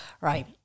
Right